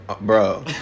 Bro